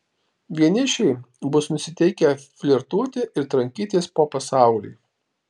vienišiai bus nusiteikę flirtuoti ir trankytis po pasaulį